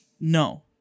No